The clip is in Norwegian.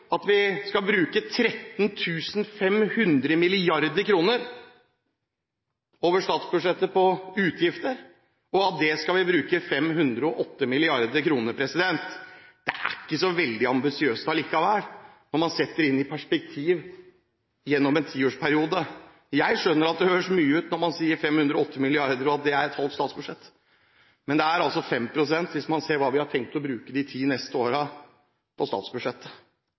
at vi skal bruke 13 500 mrd. kr over statsbudsjettet på utgifter, og av det skal vi bruke 508 mrd. kr. Det er ikke så veldig ambisiøst allikevel, når man setter det i perspektiv, gjennom en tiårsperiode. Jeg skjønner at det høres mye ut når man sier 508 mrd. kr, og at det er et halvt statsbudsjett, men det er altså 5 pst. hvis man ser på hva vi har tenkt å bruke på statsbudsjettet de ti neste